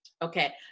Okay